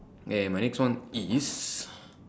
okay my next one is